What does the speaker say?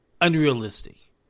unrealistic